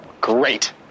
Great